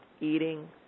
eating